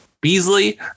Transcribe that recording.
Beasley